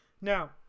Now